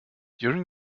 during